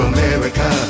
America